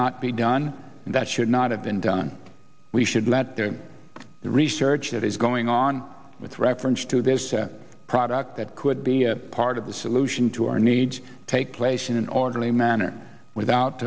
not be done and that should not have been done we should let the research that is going on with reference to this product that could be a part of the solution to our needs take place in an orderly manner without